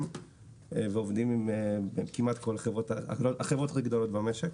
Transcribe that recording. ועובדים עם החברות הכי גדולות במשק.